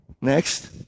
Next